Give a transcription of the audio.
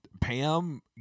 Pam